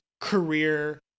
career